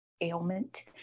ailment